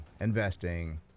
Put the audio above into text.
investing